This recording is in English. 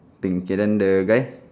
pink K then the guy